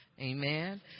Amen